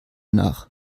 nach